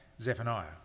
Zephaniah